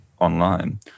online